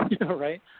right